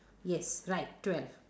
yes right twelve